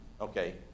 okay